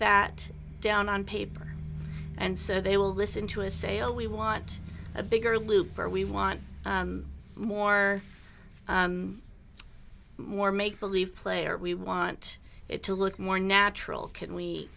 that down on paper and so they will listen to a sale we want a bigger loop or we want more more make believe player we want it to look more natural can we